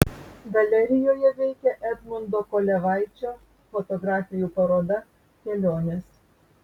galerijoje veikia edmundo kolevaičio fotografijų paroda kelionės